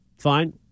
Fine